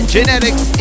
Genetics